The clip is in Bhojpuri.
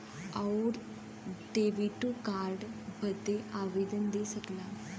आउर डेबिटो कार्ड बदे आवेदन दे सकला